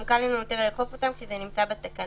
גם קל לנו יותר לאכוף אותם כשזה נמצא בתקנות,